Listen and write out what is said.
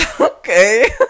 Okay